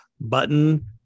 button